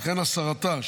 וכן הסרתה,